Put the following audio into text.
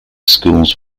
schools